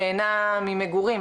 שאינה ממגורים,